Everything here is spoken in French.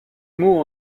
mot